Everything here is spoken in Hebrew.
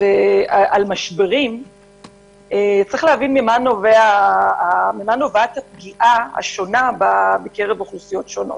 ועל משברים יש להבין ממה נובעת הפגיעה השונה בקרב אוכלוסיות שונות.